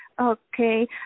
Okay